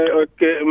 okay